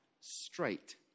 straight